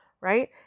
Right